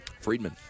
Friedman